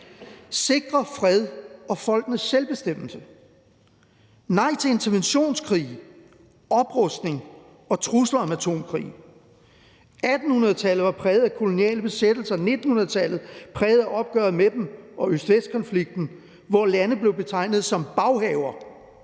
sikre fred og folk med selvbestemmelse. Nej til interventionskrige, oprustning og trusler om atomkrig, 1800-tallet var præget af koloniale besættelser. 1900-tallet var præget af opgøret med dem og Øst-Vest-konflikten, hvor lande blev betegnet som baghaver,